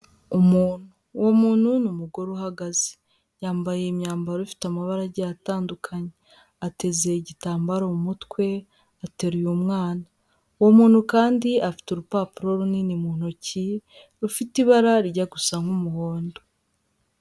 Umuntu, uwo wumuntu ni umugore uhagaze, yambaye imyambaro ifite amabara agiye atandukanye, ateze igitambaro mu mutwe, ateruye umwana, uwo muntu kandi afite urupapuro runini mu ntoki, rufite ibara rijya gusa nk'umuhondo.